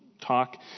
Talk